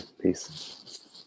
Peace